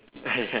yeah